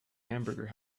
hamburger